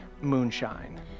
Moonshine